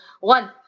one